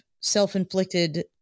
self-inflicted